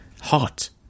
hot